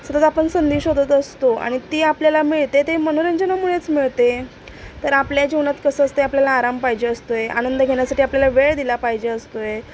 सतत आपण संधी शोधत असतो आणि ती आपल्याला मिळते ते मनोरंजनामुळेच मिळते तर आपल्या जीवनात कसं असते आपल्याला आराम पाहिजे असतोय आनंद घेण्यासाठी आपल्याला वेळ दिला पाहिजे असतोय